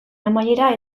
amaiera